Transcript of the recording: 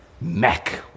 Mac